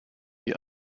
die